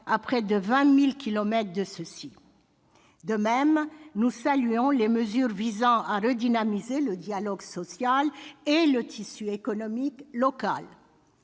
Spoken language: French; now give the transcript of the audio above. à près de 20 000 kilomètres de distance. De même, nous saluons les mesures visant à redynamiser le dialogue social et le tissu économique local.